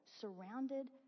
surrounded